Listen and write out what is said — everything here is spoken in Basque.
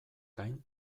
gain